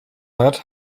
hat